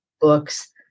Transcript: books